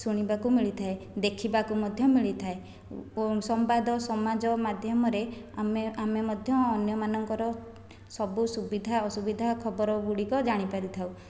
ଶୁଣିବାକୁ ମିଳିଥାଏ ଦେଖିବାକୁ ମଧ୍ୟ ମିଳିଥାଏ ସମ୍ବାଦ ସମାଜ ମାଧ୍ୟମରେ ଆମେ ଆମେ ମଧ୍ୟ ଅନ୍ୟମାନଙ୍କର ସବୁ ସୁବିଧା ଅସୁବିଧା ଖବର ଗୁଡ଼ିକ ଜାଣିପାରିଥାଉ